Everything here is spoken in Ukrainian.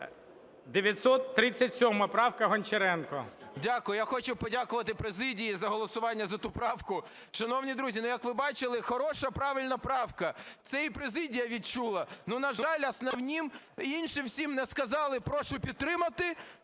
930 правка, Гончаренко.